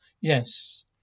Yes